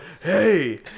Hey